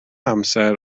amser